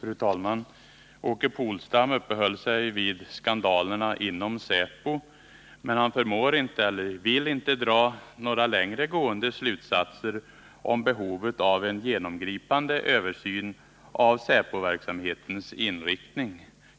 Fru talman! Åke Polstam uppehöll sig vid skandalerna inom säpo, men han förmår inte — eller vill inte — dra några längre gående slutsatser om behovet av en genomgripande översyn av säpoverksamhetens inriktning.